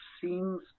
seems